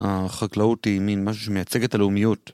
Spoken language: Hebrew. החקלאות היא מין משהו שמייצג את הלאומיות